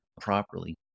properly